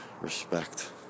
respect